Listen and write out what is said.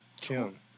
Kim